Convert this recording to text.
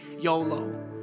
YOLO